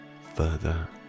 further